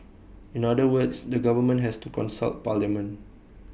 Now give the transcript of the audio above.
in other words the government has to consult parliament